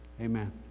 amen